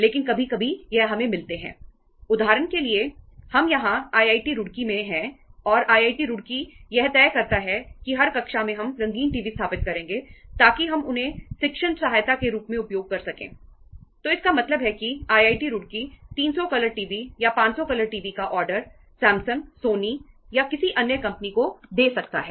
लेकिन कभी कभी ऐसा होता है कि कुछ अप्रत्याशित ऑर्डर या किसी अन्य कंपनी को दे सकता है